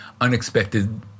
unexpected